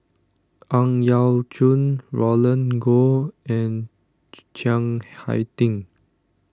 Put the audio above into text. Ang Yau Choon Roland Goh and Chiang Hai Ding